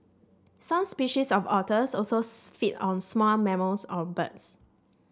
some species of otters also feed on small mammals or birds